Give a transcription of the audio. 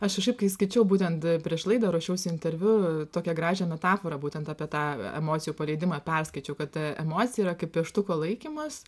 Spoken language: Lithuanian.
aš ir šiaip kai skaičiau būtent prieš laidą ruošiausi interviu tokią gražią metaforą būtent apie tą emocijų paleidimą perskaičiau kad ta emocija yra kaip pieštuko laikymas